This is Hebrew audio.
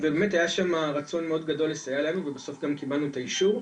והיה רצון מאוד גדול לסייע לנו ובסוף גם קיבלנו את האישור,